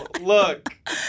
Look